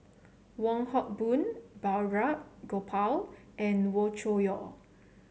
Wong Hock Boon Balraj Gopal and Wee Cho Yaw